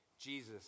Jesus